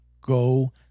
Go